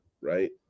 right